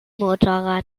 motorrad